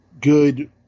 good